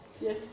Yes